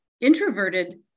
introverted